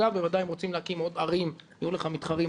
בוודאי אם רוצים להקים עוד ערים יהיו לך מתחרות,